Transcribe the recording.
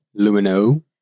Lumino